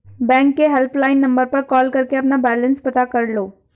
bank के helpline number पर call करके अपना बैलेंस पता कर लो